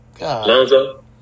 Lonzo